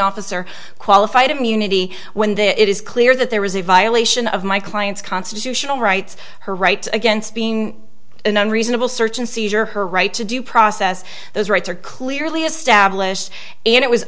office are qualified immunity when there it is clear that there is a violation of my client's constitutional rights her right against being an unreasonable search and seizure her right to due process those rights are clearly established and it was